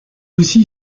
aussi